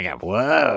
whoa